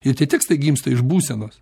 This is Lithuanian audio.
ir tie tekstai gimsta iš būsenos